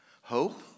Hope